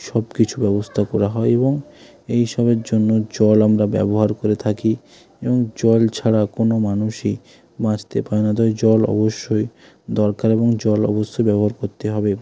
সব কিছু ব্যবস্থা করা হয় এবং এই সবের জন্য জল আমরা ব্যবহার করে থাকি এবং জল ছাড়া কোনো মানুষই বাঁচতে পারে না তাই জল অবশ্যই দরকার এবং জল অবশ্যই ব্যবহার করতে হবে